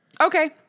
Okay